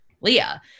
leah